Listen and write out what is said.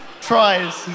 tries